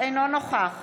אינו נוכח